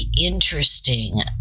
interesting